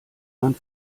man